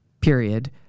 period